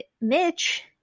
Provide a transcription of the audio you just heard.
Mitch